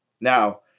now